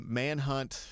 manhunt